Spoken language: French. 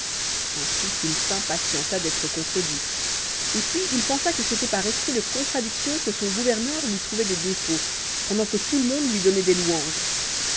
ensuite il s'impatienta d'être contredit et puis il pensa que c'était par esprit de contradiction que son gouverneur lui trouvait des défauts pendant que tout le monde lui donnait des louanges